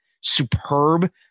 superb